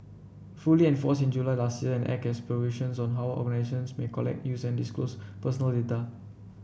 fully enforced in July last year an Act has provisions on how may collect use and disclose personal data